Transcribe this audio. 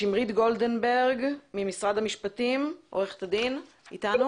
שמרית גולדנברג ממשרד המשפטים, בבקשה.